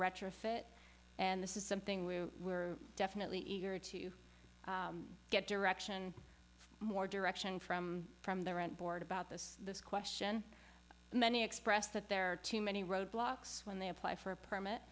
retrofit and this is something we were definitely eager to get direction more direction from from their own board about this this question many express that there are too many roadblocks when they apply for a permit